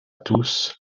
tous